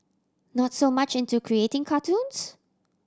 not so much into creating cartoons